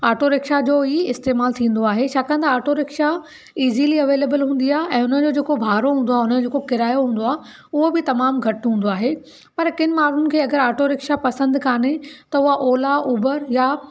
auto rickshaw जो ई इस्तेमालु थींदो आहे छाकाणि त आटो रिक्शा इज़िली अवेलेबल हूंदी आहे ऐं हुनजो जेको भाड़ो हूंदो आहे हुनजो जेको किरायो हूंदो आहे उहा बि तमामु घटि हूंदो आहे पर किन माण्हुनि खे अगरि आटो रिक्शा पसंदि काने त उहा ओला उबर या